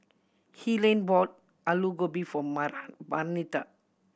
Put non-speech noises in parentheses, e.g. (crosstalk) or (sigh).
Helaine bought Alu Gobi for (unintelligible) Marnita